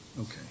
Okay